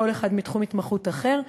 כל אחד מתחום התמחות אחר,